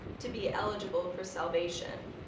to be eligible for salvation.